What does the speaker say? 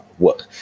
work